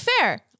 Fair